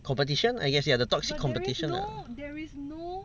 competition I guess ya the toxic competition lah